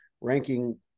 ranking